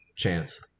Chance